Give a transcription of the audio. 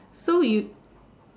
so you